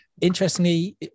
interestingly